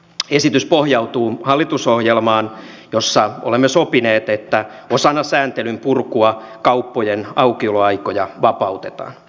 esitys pohjautuu hallitusohjelmaan jossa olemme sopineet että osana sääntelyn purkua kauppojen aukioloaikoja vapautetaan